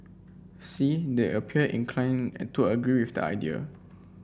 see they appear inclined to agree with the idea